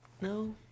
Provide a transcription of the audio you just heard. No